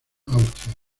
austria